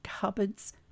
cupboards